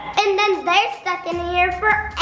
and then they're stuck in there forever!